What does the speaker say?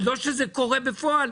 לא שזה קורה בפועל,